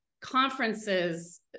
conferences